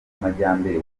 majyambere